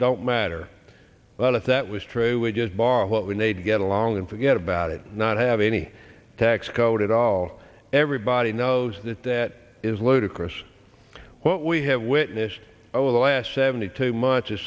don't matter but if that was true we just borrow what we need to get along and forget about it not have any tax code at all everybody knows that that is ludicrous what we have witnessed over the last seventy two much i